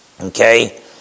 Okay